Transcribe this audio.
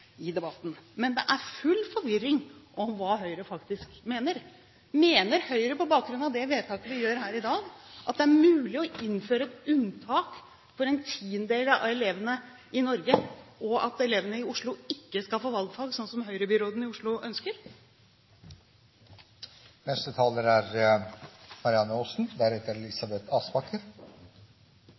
det er full forvirring om hva Høyre faktisk mener. Mener Høyre på bakgrunn av det vedtaket vi gjør her i dag, at det er mulig å innføre et unntak for en tiendedel av elevene i Norge, og at elevene i Oslo ikke skal få valgfag, sånn som Høyre-byråden i Oslo ønsker? Som flere har vært inne på, er